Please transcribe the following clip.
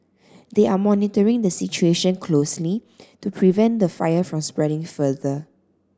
they are monitoring the situation closely to prevent the fire from spreading further